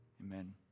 Amen